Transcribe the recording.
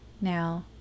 Now